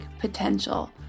potential